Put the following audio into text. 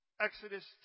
Exodus